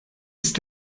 ist